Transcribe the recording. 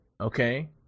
okay